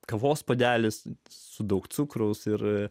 kavos puodelis su daug cukraus ir